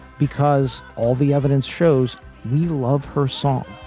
because all the evidence shows we love her song.